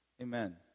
Amen